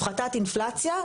הפחתת אינפלציה,